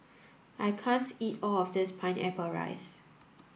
I can't eat all of this pineapple rice